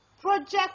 Project